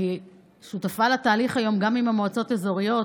אני שותפה לתהליך היום גם עם מועצות אזוריות